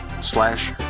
slash